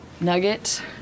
Nugget